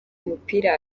umupira